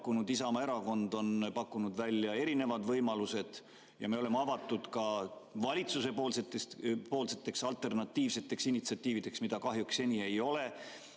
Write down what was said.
Isamaa Erakond on pakkunud välja erinevaid võimalusi ja me oleme avatud ka valitsuse alternatiivsetele initsiatiividele, mida seni kahjuks ei ole.